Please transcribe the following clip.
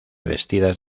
vestidas